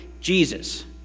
Jesus